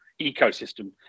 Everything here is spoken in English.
ecosystem